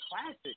classic